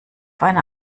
einer